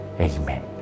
Amen